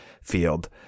field